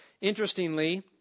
Interestingly